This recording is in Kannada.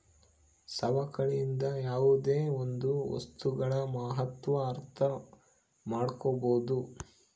ಸವಕಳಿಯಿಂದ ಯಾವುದೇ ಒಂದು ವಸ್ತುಗಳ ಮಹತ್ವ ಅರ್ಥ ಮಾಡ್ಕೋಬೋದು